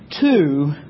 two